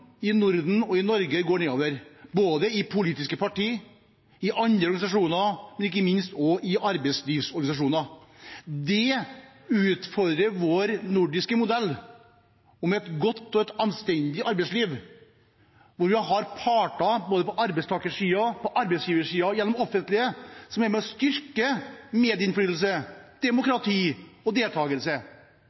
i Norden og i Norge går nedover, både i politiske parti, i andre organisasjoner og ikke minst også i arbeidslivsorganisasjoner. Det utfordrer den nordiske modellen, med et godt og anstendig arbeidsliv, der man har parter – arbeidstakersiden, arbeidsgiversiden og det offentlige – som er med på å styrke medinnflytelsen, demokratiet og